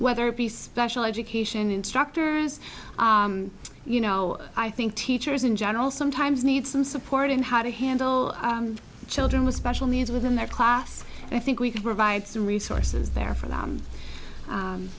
whether it be special education instructor you know i think teachers in general sometimes need some support in how to handle children with special needs within their class and i think we can provide some resources there for